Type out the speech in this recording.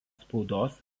spaudos